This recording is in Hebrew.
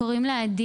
קוראים לה עדי.